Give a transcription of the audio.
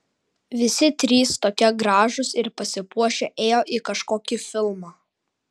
visi trys tokie gražūs ir pasipuošę ėjo į kažkokį filmą